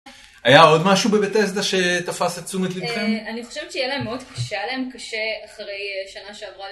היה עוד משהו בבטסדה שתפס את תשומת לבכם? אני חושבת שיהיה להם מאוד קשה, היה להם קשה אחרי שנה שעברה...